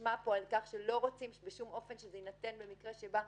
שנשמע פה דווקא על כך שלא רוצים בשום אופן שזה יינתן במקרה שבו